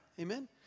Amen